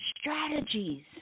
strategies